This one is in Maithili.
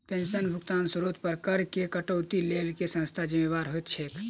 पेंशनक भुगतानक स्त्रोत पर करऽ केँ कटौतीक लेल केँ संस्था जिम्मेदार होइत छैक?